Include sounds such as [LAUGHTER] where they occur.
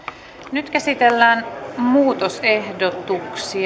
nyt käsitellään muutosehdotukset [UNINTELLIGIBLE]